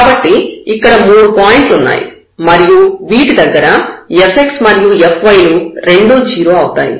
కాబట్టి ఇక్కడ మూడు పాయింట్లు ఉన్నాయి మరియు వీటి దగ్గర fx మరియు fy లు రెండూ 0 అవుతాయి